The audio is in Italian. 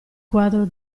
quadro